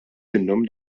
minnhom